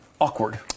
awkward